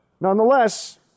nonetheless